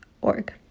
org